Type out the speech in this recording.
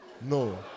No